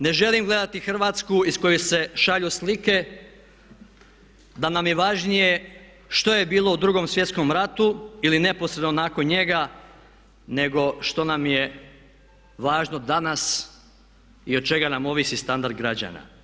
Ne želim gledati Hrvatsku iz koje se šalju slike da nam je važnije što je bilo u 2. svjetskom ratu ili neposredno nakon njega nego što nam je važno danas i od čega nam ovisi standard građana.